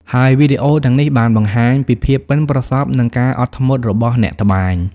ហើយវីដេអូទាំងនេះបានបង្ហាញពីភាពប៉ិនប្រសប់ និងការអត់ធ្មត់របស់អ្នកត្បាញ។